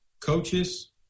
coaches